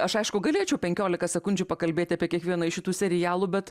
aš aišku galėčiau penkiolika sekundžių pakalbėti apie kiekvieną iš šitų serialų bet